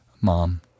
Mom